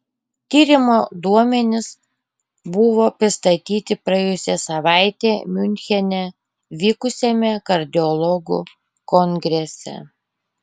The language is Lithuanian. tyrimo duomenys buvo pristatyti praėjusią savaitę miunchene vykusiame kardiologų kongrese